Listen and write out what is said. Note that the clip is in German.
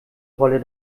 rolle